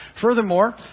Furthermore